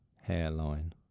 hairline